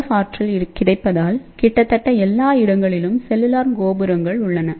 F ஆற்றல் கிடைப்பதால் கிட்டத்தட்ட எல்லா இடங்களிலும் செல்லுலார் கோபுரங்கள் உள்ளன